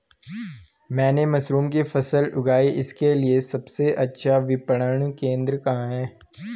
मैंने मशरूम की फसल उगाई इसके लिये सबसे अच्छा विपणन केंद्र कहाँ है?